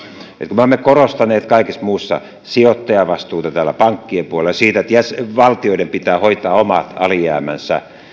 kun me olemme korostaneet kaikessa muussa sijoittajavastuuta pankkien puolella ja sitä että valtioiden pitää hoitaa omat alijäämänsä